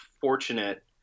fortunate